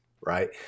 right